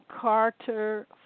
Carter